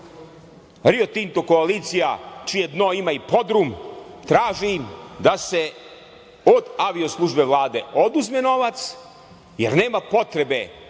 Rio Tinto koalicija čije dno ima i podrum, traži da se od avio službe Vlade, oduzme novac, jer nema potrebe